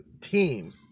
team